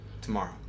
tomorrow